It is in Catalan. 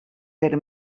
per